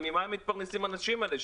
ממה הם מתפרנסים האנשים האלה,